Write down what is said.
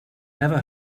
never